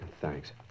Thanks